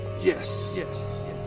yes